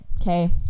okay